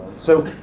so,